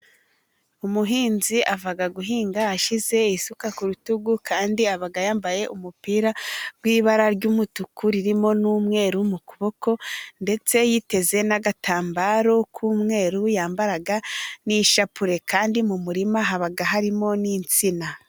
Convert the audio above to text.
Umuhinzi ava guhinga ashyize isuka ku rutugu, kandi aba yambaye umupira w'ibara ry'umutuku ririmo n'umweru mu kuboko, ndetse yiteze n'agatambaro k'umweru. Yambara n'ishapure, kandi mu murima haba harimo n'insina.